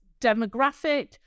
demographic